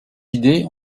idées